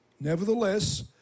Nevertheless